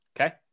Okay